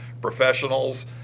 professionals